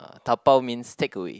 dabao means takeaway